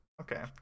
Okay